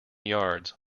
yards